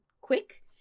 quick